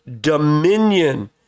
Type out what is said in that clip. dominion